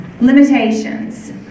Limitations